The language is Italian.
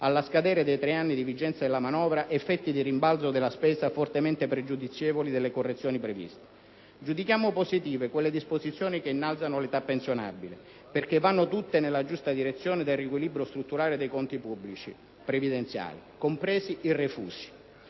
allo scadere dei tre anni di vigenza della manovra, effetti di rimbalzo della spesa fortemente pregiudizievoli delle correzioni previste. Giudichiamo positive quelle disposizioni che innalzano l'età pensionabile, perché vanno tutte nella giusta direzione del riequilibrio strutturale dei conti pubblici previdenziali, compresi i refusi.